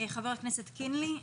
חבר הכנסת קינלי,